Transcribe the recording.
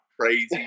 crazy